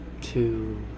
two